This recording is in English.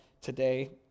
today